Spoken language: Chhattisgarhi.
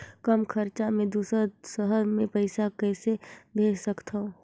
कम खरचा मे दुसर शहर मे पईसा कइसे भेज सकथव?